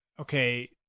okay